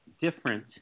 different